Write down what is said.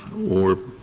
or